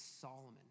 Solomon